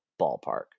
ballpark